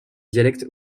dialecte